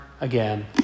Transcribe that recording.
again